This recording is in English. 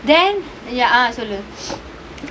then ya ah சொல்லு:sollu